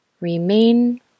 Remain